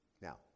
Now